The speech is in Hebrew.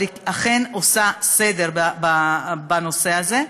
אבל היא אכן עושה סדר בנושא הזה,